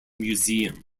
museum